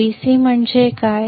Vc म्हणजे काय